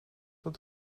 tot